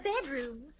bedroom